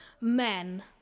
men